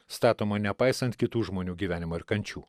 statomą nepaisant kitų žmonių gyvenimo ir kančių